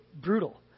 brutal